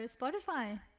Spotify